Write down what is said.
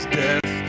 death